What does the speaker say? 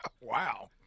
Wow